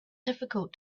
difficult